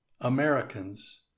Americans